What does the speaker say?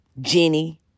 Jenny